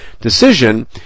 decision